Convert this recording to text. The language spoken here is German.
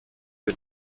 der